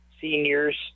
seniors